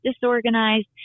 disorganized